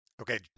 Okay